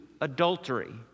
adultery